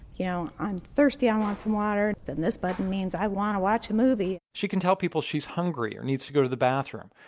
you know i'm thirsty, i want some water. and this button means i want to watch a movie. she can tell people she's hungry or needs to go to the bathroom.